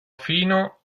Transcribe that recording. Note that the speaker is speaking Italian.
fino